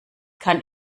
kann